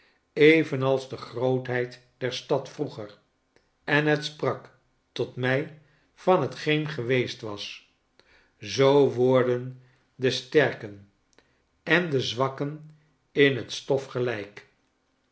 evenals de grootheid der stad vroeger en het sprak tot mij van hetgeen geweest was zoo worden de sterken en de zwakken in het stof